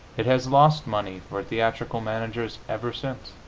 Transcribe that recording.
it has lost money for theatrical managers ever since.